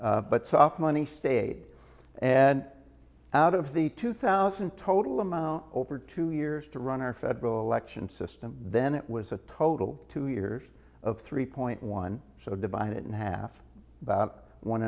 that but soft money stayed and out of the two thousand total amount over two years to run our federal election system then it was a total two years of three point one so divided in half about one